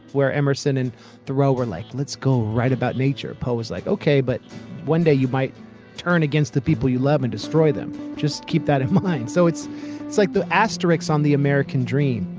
where emerson and thoreau were like let's go write about nature poe was like ok but one day you might turn against the people you love and destroy them just keep that in mind. so it's it's like the asterix on the american dream.